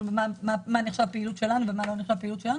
מה נחשב פעילות שלנו ומה לא נחשב פעילות שלנו.